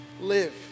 live